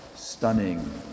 stunning